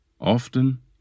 Often